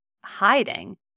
hiding